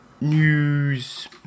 news